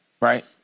right